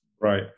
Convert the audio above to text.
Right